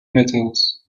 metals